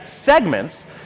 segments